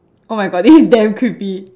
oh my God this is damn creepy